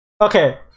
okay